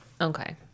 Okay